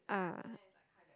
ah